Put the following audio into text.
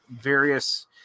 various